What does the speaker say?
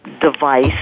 device